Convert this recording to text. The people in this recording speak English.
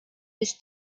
was